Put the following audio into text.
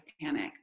panic